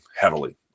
heavily